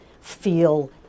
feel